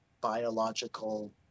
biological